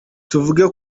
tuvuge